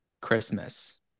Christmas